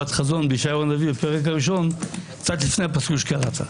חזון בישעיהו הנביא בפרק הראשון קצת לפני הפסוק שקראת: